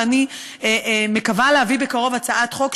ואני מקווה להביא בקרוב הצעת חוק,